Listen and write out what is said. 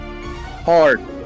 Hard